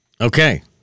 Okay